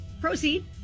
Proceed